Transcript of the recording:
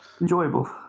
Enjoyable